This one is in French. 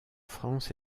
france